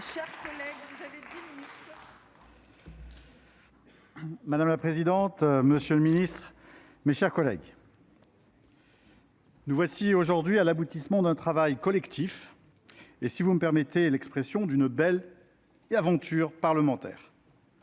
Madame la présidente, monsieur le secrétaire d'État, mes chers collègues, nous voici aujourd'hui à l'aboutissement d'un travail collectif et, si vous me permettez l'expression, d'une belle aventure parlementaire.